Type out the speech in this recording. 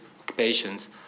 occupations